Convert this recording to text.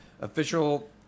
official